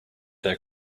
their